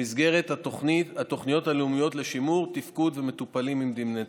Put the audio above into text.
במסגרת התוכניות הלאומיות לשימור תפקוד ומטופלים עם דמנציה.